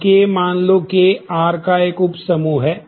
अब K मान लो K R का एक उप समूह है